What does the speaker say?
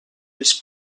les